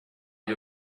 you